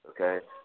Okay